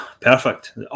perfect